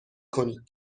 کنید